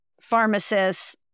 pharmacists